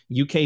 UK